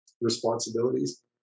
responsibilities